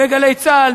ב"גלי צה"ל",